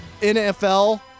NFL